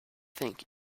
think